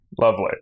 Lovely